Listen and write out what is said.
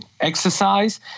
exercise